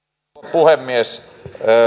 puhemies